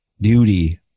duty